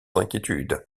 inquiétudes